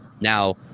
Now